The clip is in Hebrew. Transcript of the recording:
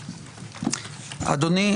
אדוני,